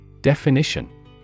Definition